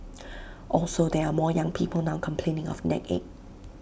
also there are more young people now complaining of neck ache